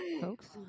folks